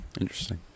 Interesting